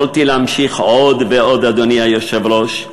יכולתי להמשיך עוד ועוד, אדוני היושב-ראש,